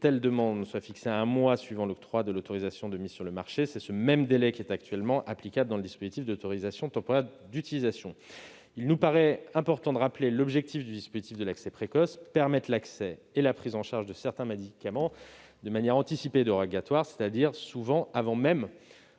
telle demande est fixé à un mois suivant l'octroi de l'autorisation de mise sur le marché. C'est ce même délai qui est actuellement applicable dans le dispositif d'autorisation temporaire d'utilisation. Il nous paraît important de rappeler l'objectif du dispositif de l'accès précoce : il est de permettre l'accès et la prise en charge de certains médicaments de manière anticipée et dérogatoire, c'est-à-dire souvent avant même